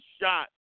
shot